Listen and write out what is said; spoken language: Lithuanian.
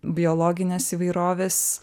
biologinės įvairovės